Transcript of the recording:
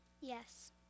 Yes